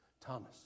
Thomas